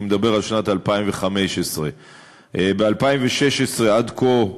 אני מדבר על שנת 2015. ב-2016 עד כה,